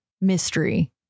mystery